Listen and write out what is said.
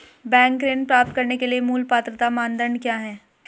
Bank ऋण प्राप्त करने के लिए मूल पात्रता मानदंड क्या हैं?